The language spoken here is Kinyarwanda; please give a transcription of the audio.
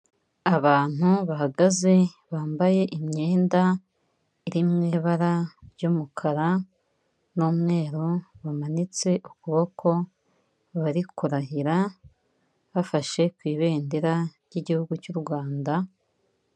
Abantu bahagaze bambaye imyenda iri mu ibara ry'umukara n'umweru, bamanitse ukuboko bari kurahira bafashe ku ibendera ry'igihugu cy'u Rwanda.